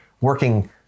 working